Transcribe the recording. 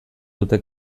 dute